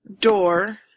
door